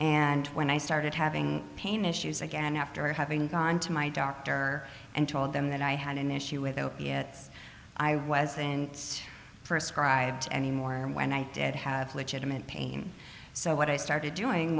and when i started having pain issues again after having gone to my doctor and told them that i had an issue with opiates i was in for a scribed any more and when i did have legitimate pain so what i started doing